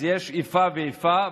אז יש איפה ואיפה,